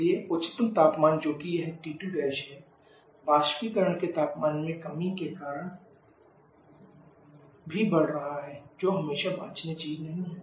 इसलिए उच्चतम तापमान जो कि यह T2' है जो वाष्पीकरण के तापमान में कमी के कारण भी बढ़ रहा है जो हमेशा वांछनीय चीज भी नहीं है